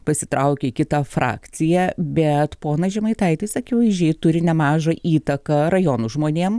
pasitraukė į kitą frakciją bet ponas žemaitaitis akivaizdžiai turi nemažą įtaką rajonų žmonėm